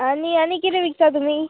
आनी आनी कितें विकता तुमी